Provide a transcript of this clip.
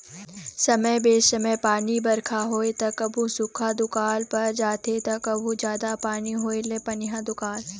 समे बेसमय पानी बरखा होइस त कभू सुख्खा दुकाल पर जाथे त कभू जादा पानी होए ले पनिहा दुकाल